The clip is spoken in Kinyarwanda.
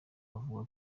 avuga